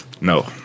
No